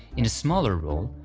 in a smaller role,